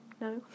No